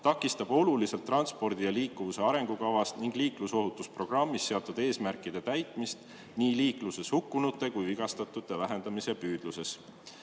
takistab oluliselt transpordi ja liikuvuse arengukavas ning liiklusohutusprogrammis seatud eesmärkide täitmist nii liikluses hukkunute kui ka vigastatute arvu vähendamiseks.